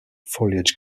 foliage